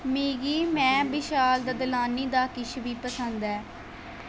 मिगी में विशाल ददलानी दा किश बी पसंद ऐ